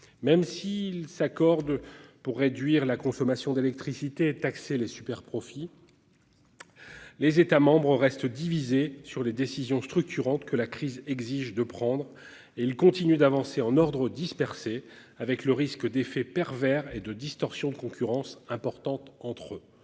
Même s'ils s'accordent pour réduire la consommation d'électricité. Taxer les superprofits. Les États restent divisés sur les décisions structurantes que la crise exige de prendre et il continue d'avancer en ordre dispersé avec le risque d'effets pervers et de distorsion de concurrence importante entre.